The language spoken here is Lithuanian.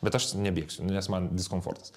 bet aš nebėgsiu nu nes man diskomfortas